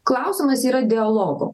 klausimas yra dialogo